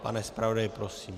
Pane zpravodaji, prosím.